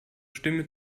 stimme